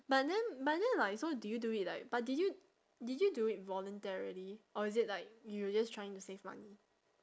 but then but then like so did you do it like but did you did you do it voluntarily or is it like you were just trying to save money